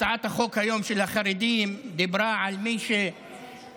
הצעת החוק היום של החרדים דיברה על כך שמי